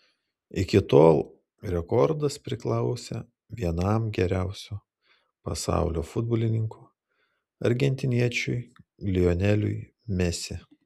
iki tol rekordas priklausė vienam geriausių pasaulio futbolininkų argentiniečiui lioneliui mesi